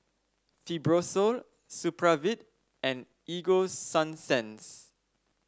Fibrosol Supravit and Ego Sunsense